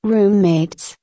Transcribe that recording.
Roommates